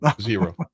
Zero